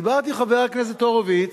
דיברתי, חבר הכנסת הורוביץ,